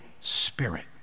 Spirit